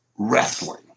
Wrestling